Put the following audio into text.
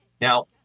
Now